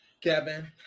Kevin